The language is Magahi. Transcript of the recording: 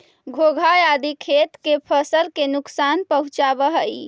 घोंघा आदि खेत के फसल के नुकसान पहुँचावऽ हई